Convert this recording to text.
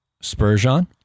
Spurgeon